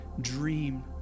dream